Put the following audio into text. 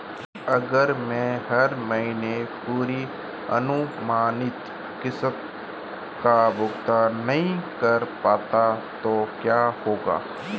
अगर मैं हर महीने पूरी अनुमानित किश्त का भुगतान नहीं कर पाता तो क्या होगा?